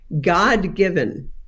god-given